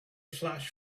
flash